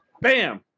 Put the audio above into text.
Bam